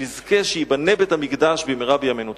שנזכה שייבנה בית המקדש במהרה בימינו.